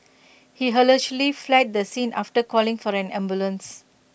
he allegedly fled the scene after calling for the ambulance